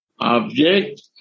Object